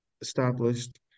established